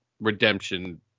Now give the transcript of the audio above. Redemption